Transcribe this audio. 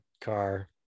car